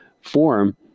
form